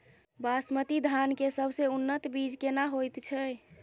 बासमती धान के सबसे उन्नत बीज केना होयत छै?